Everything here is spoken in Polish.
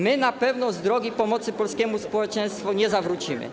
My na pewno z drogi pomocy polskiemu społeczeństwu nie zawrócimy.